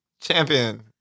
Champion